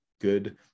good